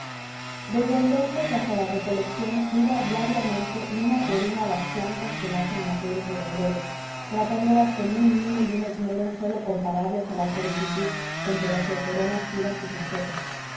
desde entonces hasta la recolección cuida diariamente una por una las plantas que nacen en aquellos redondeles tratándolas con un mimo y un esmero sólo comparables a la solicitud con que las solteronas cuidan sus macetas